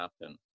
happen